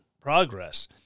progress